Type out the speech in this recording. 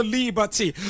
liberty